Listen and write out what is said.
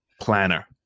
planner